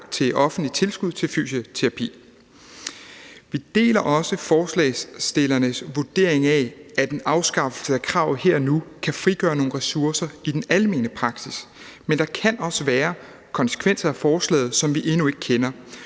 til offentligt tilskud til fysioterapi. Vi deler også forslagsstillernes vurdering af, at en afskaffelse af kravet her og nu kan frigøre nogle ressourcer i den almene praksis, men der kan også være konsekvenser af forslaget, som vi endnu ikke kender.